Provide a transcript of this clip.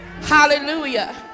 Hallelujah